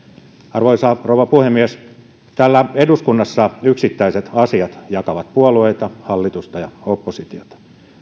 arvoisa rouva puhemies täällä eduskunnassa yksittäiset asiat jakavat puolueita hallitusta ja oppositiota